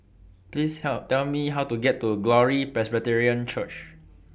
Please Tell Me How to get to Glory Presbyterian Church